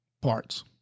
parts